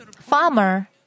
farmer